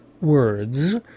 words